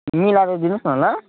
मिलाएर दिनुहोस् न ल